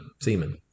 semen